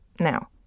Now